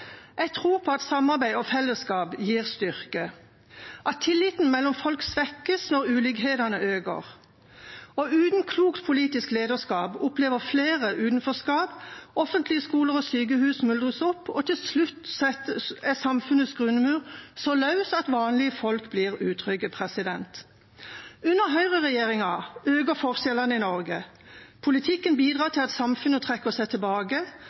Jeg tror på at samarbeid og fellesskap gir styrke, at tilliten mellom folk svekkes når ulikhetene øker. Uten klokt politisk lederskap opplever flere utenforskap. Offentlige skoler og sykehus smuldrer opp, og til slutt er samfunnets grunnmur så løs at vanlige folk blir utrygge. Under høyreregjeringa øker forskjellene i Norge. Politikken bidrar til at samfunnet trekker seg tilbake,